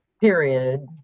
period